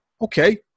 okay